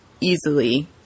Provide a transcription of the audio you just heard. easily